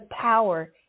power